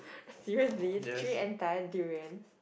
seriously three entire durians